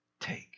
take